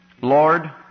Lord